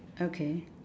okay